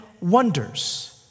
wonders